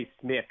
Smith